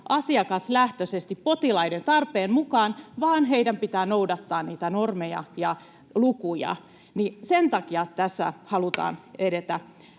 asiakaslähtöisesti potilaiden tarpeen mukaan, vaan heidän pitää noudattaa niitä normeja ja lukuja. Sen takia tässä [Puhemies